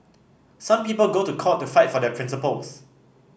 some people go to court to fight for their principles